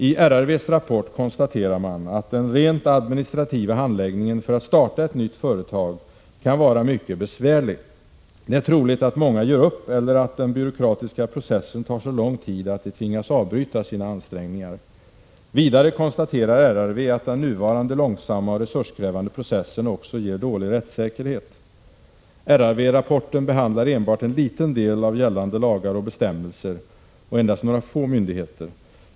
I RRV:s rapport konstaterar man att den rent administrativa handläggningen för att starta ett nytt företag kan vara mycket besvärlig. Det är troligt att många ger upp eller att den byråkratiska processen tar så lång tid att de tvingas avbryta sina ansträngningar. Vidare konstaterar RRV att den nuvarande långsamma och resurskrävande processen också ger dålig rättssäkerhet. RRV-rapporten behandlar enbart en liten del av gällande lagar och bestämmelser och endast några få myndigheter.